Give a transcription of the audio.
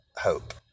hope